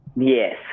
Yes